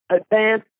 advance